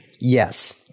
Yes